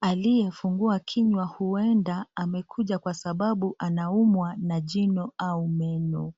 alifungua kinywa huenda amekuja kwa sababu anaumwa na jino au meno.